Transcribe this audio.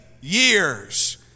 years